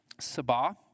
sabah